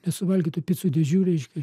nesuvalgytų picų dėžių reiškia